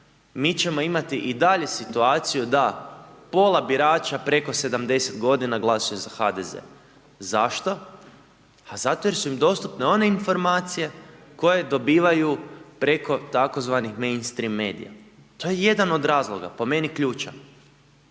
mi ćemo imati i dalje situaciju da pola birača preko 70 godina glasuje za HDZ. Zašto? Pa zato jer su im dostupne one informacije koje dobivaju preko tzv. mainstream medija, to je jedan od razloga po meni ključan.